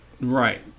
Right